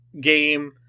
game